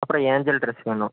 அப்புறம் angel dress வேணும்